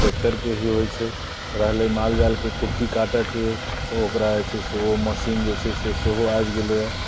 ट्रैक्टरके ही होइत छै रहलै माल जालके कुट्टी काटैके तऽ ओकरा जे छै से ओ मशीन जे छै से सेहो आबि गेलैए